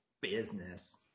Business